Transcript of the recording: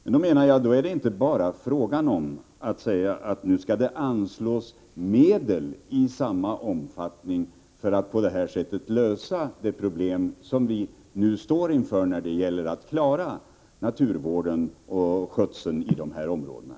Men jag menar att man inte bara kan säga att det skall anslås medel i samma omfattning för att på det sättet lösa de problem som vi nu står inför när det gäller att klara naturvård och skötsel i dessa områden.